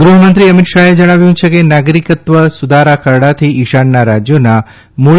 ગૃહમંત્રી અમિત શાહે જણાવ્યું છે કે નાગરિક્ત્વ સુધારા ખરડાથી ઇશાનનાં રાજયોના મૂળ